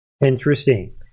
Interesting